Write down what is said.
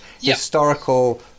historical